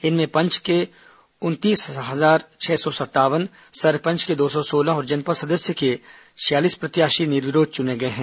इनमें पंच के उनतीस हजार छह सौ सत्तावन सरपंच के दो सौ सोलह और जनपद सदस्य के छियालीस प्रत्याशी निर्विरोध चुने गए हैं